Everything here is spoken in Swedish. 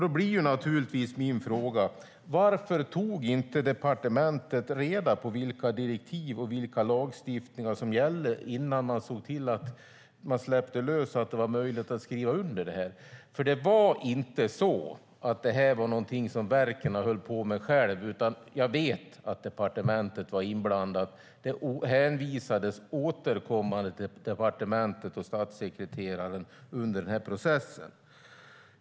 Då blir naturligtvis min fråga: Varför tog inte departementet reda på vilka direktiv och vilka lagstiftningar som gällde innan man släppte lös så att det var möjligt att skriva under det här avtalet? Detta var inte något som verken höll på med själva, utan jag vet att departementet var inblandat. Det hänvisades återkommande under processen till departementet och statssekreteraren.